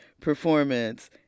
performance